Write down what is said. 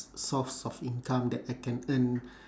source of income that I can earn